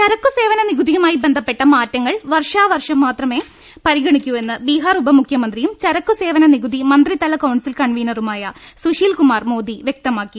ചരക്കുസേവന നികുതിയുമായി ബന്ധപ്പെട്ട മാറ്റങ്ങൾ വർഷാ വർഷം മാത്രമേ പരിഗണിക്കൂവെന്ന് ബിഹാർ ഉപമുഖ്യമന്ത്രിയും ചരക്കുസേവന നികുതി മന്ത്രിതല കൌൺസിൽ കൺവീനറുമായ സുശീൽകുമാർ മോദി വൃക്തമാക്കി